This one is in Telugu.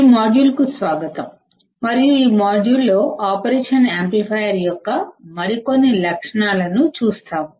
ఈ మాడ్యూల్కు స్వాగతం మరియు ఈ మాడ్యూల్లో ఆపరేషన్ యాంప్లిఫైయర్ యొక్క మరికొన్ని లక్షణాలను చూస్తాము